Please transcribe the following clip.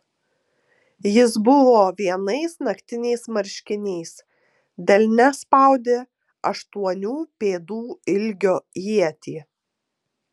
jis buvo vienais naktiniais marškiniais delne spaudė aštuonių pėdų ilgio ietį